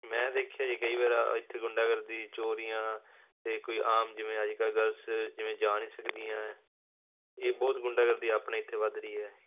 ਮੈਂ ਦੇਖਿਆ ਜੀ ਕਈ ਵਾਰ ਇੱਥੇ ਗੁੰਡਾਗਰਦੀ ਚੋਰੀਆਂ ਅਤੇ ਕੋਈ ਆਮ ਜਿਵੇਂ ਅੱਜ ਕੱਲ੍ਹ ਗਰਲਸ ਜਿਵੇਂ ਜਾ ਨੀ ਸਕਦੀਆਂ ਇਹ ਬਹੁਤ ਗੁੰਡਾਗਰਦੀ ਆਪਣੇ ਇੱਥੇ ਵੱਧ ਰਹੀ ਹੈ